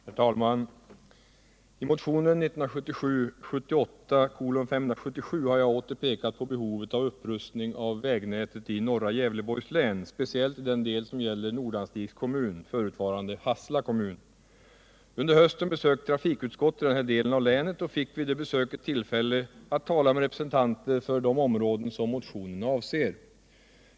Herr talman! I motionen 1977/78:577 har jag åter pekat på behovet av upprustning av vägnätet i norra Gävleborgs län, speciellt i den del som gäller Nordanstigs kommun, förutvarande Hassela kommun. Under hösten besökte trafikutskottet den här delen av länet och fick då tillfälle att tala med representanter för de områden som behandlas i motionen.